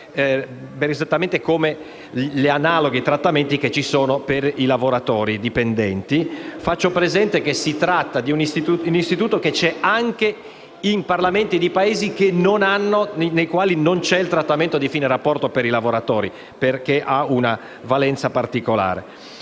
esattamente come gli analoghi trattamenti che ci sono per i lavoratori dipendenti. Faccio presente che si tratta di un istituto presente anche in Parlamenti di Paesi nei quali non c'è il trattamento di fine rapporto per i lavoratori, perché ha una valenza particolare.